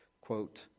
quote